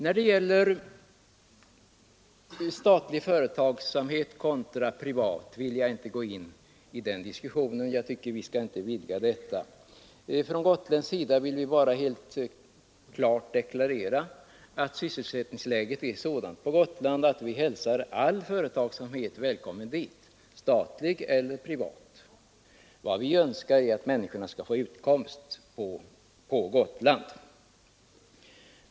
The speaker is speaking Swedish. När det gäller statlig företagsamhet kontra privat vill jag inte gå in i diskussionen. Jag tycker inte vi skall vidga debatten på det sättet. Från gotländsk sida vill vi bara helt klart deklarera att sysselsättningsläget är sådant på Gotland att vi hälsar all företagsamhet välkommen dit — statlig eller privat. Vad vi önskar är att människorna skall få utkomst på Gotland.